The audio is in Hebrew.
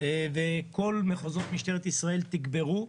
וכל מחוזות משטרת ישראל תגברו.